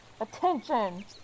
Attention